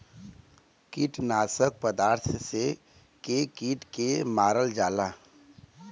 कीटनाशक पदार्थ से के कीट के मारल जाला